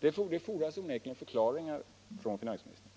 Det fordras onekligen förklaringar från finansministern.